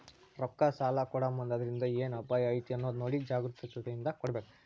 ರೊಕ್ಕಾ ಸಲಾ ಕೊಡೊಮುಂದ್ ಅದ್ರಿಂದ್ ಏನ್ ಅಪಾಯಾ ಐತಿ ಅನ್ನೊದ್ ನೊಡಿ ಜಾಗ್ರೂಕತೇಂದಾ ಕೊಡ್ಬೇಕ್